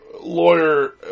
lawyer